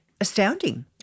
astounding